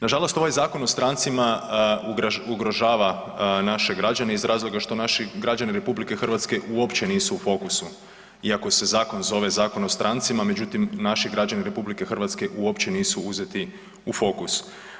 Nažalost, ovaj Zakon o strancima ugrožava naše građane iz razloga što naši građani RH uopće nisu u fokusu iako se zakon zove Zakon o strancima, međutim naši građani RH uopće nisu uzeti u fokus.